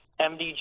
MDG